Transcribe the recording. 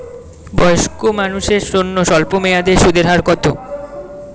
বয়স্ক মানুষদের জন্য স্বল্প মেয়াদে সুদের হার কত?